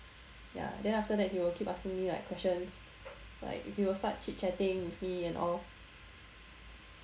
ya then after that he will keep asking me like questions like he will start chit-chatting with me and all